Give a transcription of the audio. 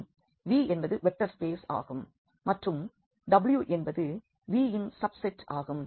Vஎன்பது vector space ஆகும் மற்றும் W என்பது Vயின் சப்செட் ஆகும்